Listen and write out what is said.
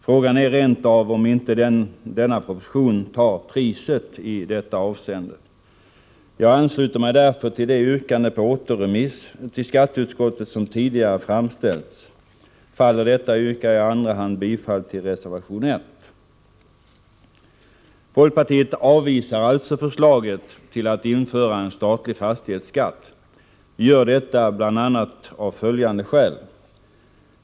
Frågan är rent av om inte denna proposition tar priset i detta avseende. Jag ansluter mig därför till det yrkande om återförvisning till skatteutskottet som tidigare har framställts. Faller detta, yrkar jag i andra hand bifall till reservation 1. Folkpartiet avvisar alltså förslaget att införa en statlig fastighetsskatt. Vi gör detta av bl.a. följande skäl.